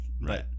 Right